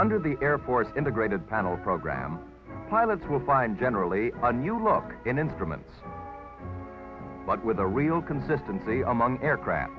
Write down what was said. under the airport integrated panel program pilots will find generally a new look and instrument but with a real consistency among aircraft